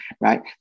right